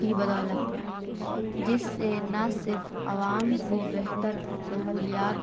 کی بدولت جس سے نہ صرف عوام کو بہتر سہولیات